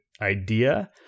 idea